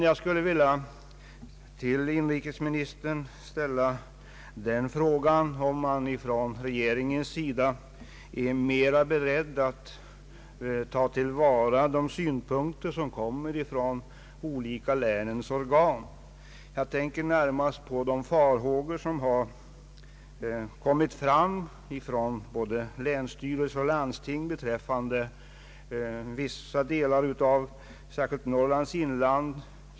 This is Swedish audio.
Jag skulle vilja fråga inrikesministern om regeringen är beredd att ta till vara de synpunkter som kommer från olika länsorgan. Jag tänker närmast på de farhågor som förts fram av både länsstyrelse och landsting beträffande vissa delar av särskilt Norrlands inland.